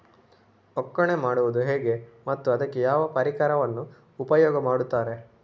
ಒಕ್ಕಣೆ ಮಾಡುವುದು ಹೇಗೆ ಮತ್ತು ಅದಕ್ಕೆ ಯಾವ ಪರಿಕರವನ್ನು ಉಪಯೋಗ ಮಾಡುತ್ತಾರೆ?